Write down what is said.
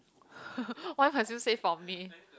why must you say for me